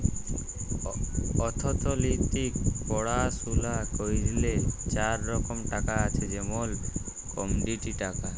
অথ্থলিতিক পড়াশুলা ক্যইরলে চার রকম টাকা আছে যেমল কমডিটি টাকা